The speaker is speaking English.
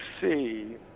see